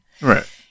Right